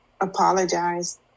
apologize